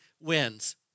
wins